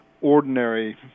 ordinary